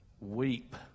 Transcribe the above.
weep